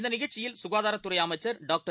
இந்தநிகழ்ச்சியில் சுகாதாரத்துறைஅமைச்சர் டாக்டர்